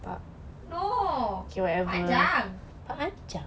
no panjang